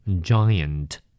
giant